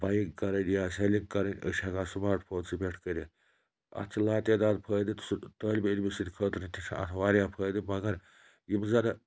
buying کَرٕنۍ یا selling کَرٕنۍ أسۍ ہٮ۪کان سٕماٹ فونسٕے پٮ۪ٹھ کٔرِتھ اَتھ چھِ لاتعداد فٲیدٕ تہٕ سُہ طٲلبہٕ علمہٕ سٕنٛدِ خٲطرٕ تہِ چھِ اَتھ واریاہ فٲیدٕ مگر یِم زَنہٕ